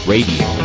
Radio